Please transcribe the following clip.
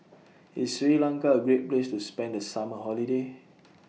IS Sri Lanka A Great Place to spend The Summer Holiday